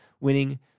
winning